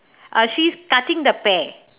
uh she's cutting the pear